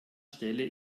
stelle